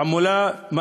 תעמולה,